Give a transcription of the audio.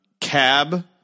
Cab